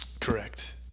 Correct